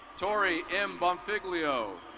tory m. bombfiglio.